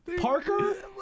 Parker